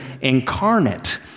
incarnate